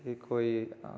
કે કોઈ